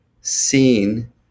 seen